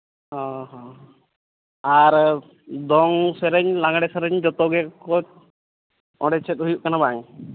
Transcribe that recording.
ᱚᱼᱦᱚᱸ ᱟᱨ ᱫᱚᱝ ᱥᱮᱨᱮᱧ ᱞᱟᱜᱽᱬᱮ ᱥᱮᱨᱮᱧ ᱡᱚᱛᱚᱜᱮᱠᱚ ᱚᱸᱰᱮ ᱪᱮᱫ ᱦᱩᱭᱩᱜ ᱠᱟᱱᱟ ᱵᱟᱝ